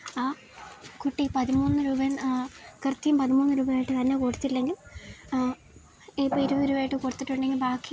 ആ കുട്ടി പതിമൂന്ന് രൂപ കൃത്യം പതിമൂന്ന് രൂപ ആയിട്ട് തന്നെ കൊടുത്തില്ലെങ്കിൽ ഇരുപത് രൂപയായിട്ട് കൊടുത്തിട്ടുണ്ടെങ്കിൽ ബാക്കി